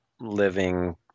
living